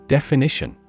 Definition